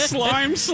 Slime